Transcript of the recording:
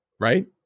right